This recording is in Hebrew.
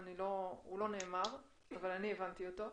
הוא לא נאמר אבל אני הבנתי אותו,